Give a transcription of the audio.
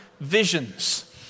visions